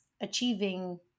achieving